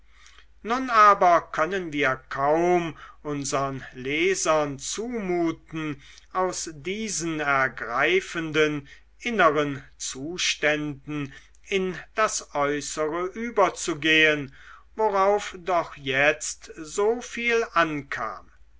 nun aber können wir kaum unsern lesern zumuten aus diesen ergreifenden inneren zuständen in das äußere überzugehen worauf doch jetzt so viel ankam